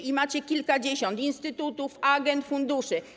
I macie kilkadziesiąt instytutów, agend, funduszy.